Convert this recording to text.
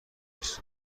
بیست